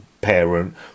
parent